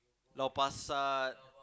Lau-Pa-Sat